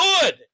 good